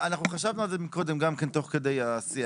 אנחנו חשבנו על זה קודם גם כן תוך כדי השיח.